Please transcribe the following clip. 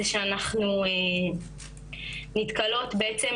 זה שאנחנו נתקלות בעצם,